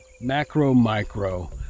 macro-micro